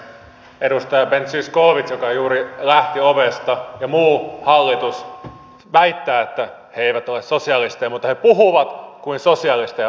edustaja ben zyskowicz joka juuri lähti ovesta ja muu hallitus väittävät että he eivät ole sosialisteja mutta he puhuvat kuin sosialistit